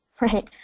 right